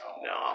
No